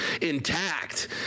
intact